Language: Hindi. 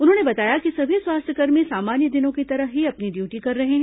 उन्होंने बताया कि सभी स्वास्थ्यकर्मी सामान्य दिनों की तरह ही अपनी ड्यूटी कर रहे हैं